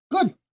Good